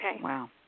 Wow